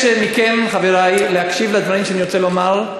חבר הכנסת איל בן ראובן.